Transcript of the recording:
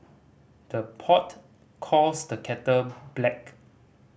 the pot calls the kettle black